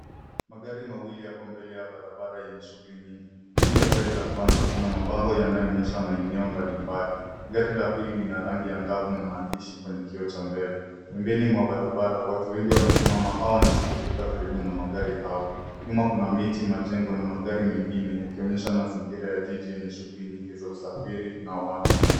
Magari mawili yako mbele ya barabara yenye shughuli nyingi. Juu ya gari la kwanza kuna mabango yanayoonyesha maeneo mbalimbali. Gari la pili lina rangi anagavu na maandishi kwenye kioo cha mbele. Pembeni mwa barabara, watu wengi wamesimama au wanashughulika karibu na magari hayo. Nyuma kuna miti, majengo na magari mengine yakionyesha mazingira ya jiji yenye shughui nyingi za usafiri na watu.